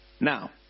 Now